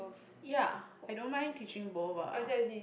ya I don't mind teaching both ah